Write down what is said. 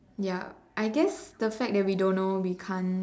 ya I guess the fact that we don't know we can't